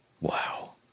wow